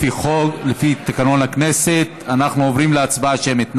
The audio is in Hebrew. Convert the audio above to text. לפי תקנון הכנסת אנחנו עוברים להצבעה שמית.